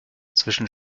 zwischen